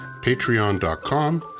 patreon.com